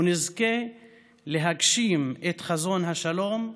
ונזכה להגשים את חזון השלום,